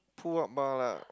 pull up bar lah